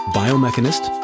biomechanist